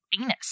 anus